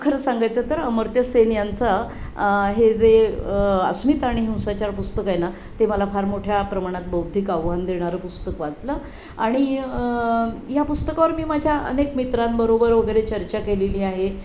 खरं सांगायचं तर अमर्त्य सेन यांचा हे जे अस्मिता आणि हिंसाचार पुस्तक आहे ना ते मला फार मोठ्या प्रमाणात बौद्धिक आव्हान देणारं पुस्तक वाचलं आणि ह्या पुस्तकावर मी माझ्या अनेक मित्रांबरोबर वगैरे चर्चा केलेली आहे